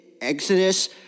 exodus